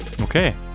Okay